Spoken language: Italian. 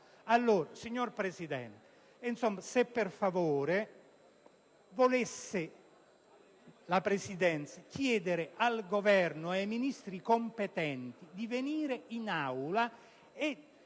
Allora, signor Presidente, chiedo se per favore volesse la Presidenza invitare il Governo ed i Ministri competenti a venire in Aula per